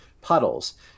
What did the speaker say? puddles